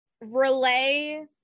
relay